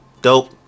dope